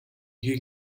хийх